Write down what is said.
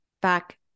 back